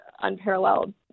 unparalleled